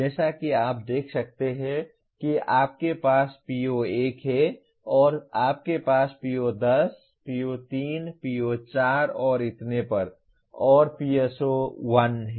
जैसा कि आप देख सकते हैं कि आपके पास PO1 है और आपके पास PO10 PO3 PO4 और इतने पर और PSO1 है